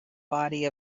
body